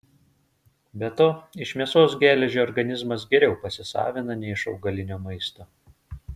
be to iš mėsos geležį organizmas geriau pasisavina nei iš augalinio maisto